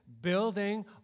Building